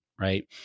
right